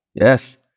yes